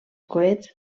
coets